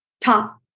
top